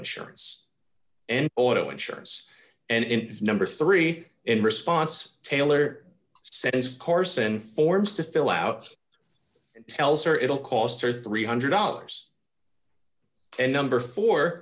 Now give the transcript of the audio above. insurance and auto insurance and number three in response taylor said as carson forms to fill out and tells her it'll cost her three hundred dollars and number four